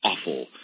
awful